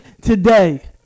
today